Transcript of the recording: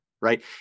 right